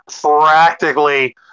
practically